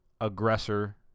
aggressor